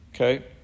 Okay